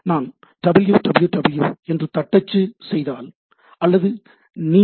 நான் "www" என்று தட்டச்சு செய்தால் அல்லது அல்லது நீங்கள் "www